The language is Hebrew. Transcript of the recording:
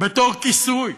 בתור כיסוי,